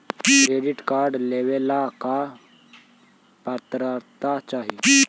Credit card लेवेला का पात्रता चाही?